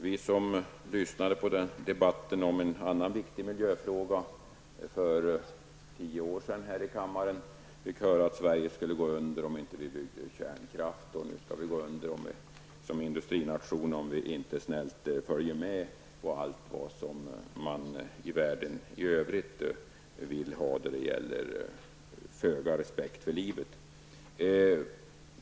Vi som lyssnade på debatten om en viktig miljöfråga här i kammaren för tio år sedan fick höra att Sverige skulle gå under om vi inte byggde kärnkraftverk. Nu skall vi gå under som industrination om vi inte snällt följer med och accepterar den föga respekt för livet som världen i övrigt vill ha.